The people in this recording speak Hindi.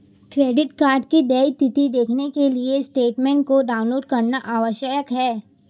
क्रेडिट कार्ड की देय तिथी देखने के लिए स्टेटमेंट को डाउनलोड करना आवश्यक है